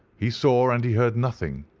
he saw and he heard nothing,